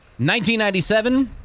1997